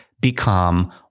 become